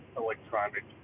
electronic